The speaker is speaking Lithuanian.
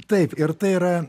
taip ir tai yra